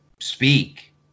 speak